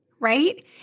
right